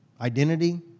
identity